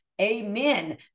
Amen